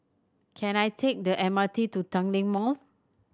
can I take the M R T to Tanglin Mall